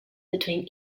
between